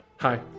Hi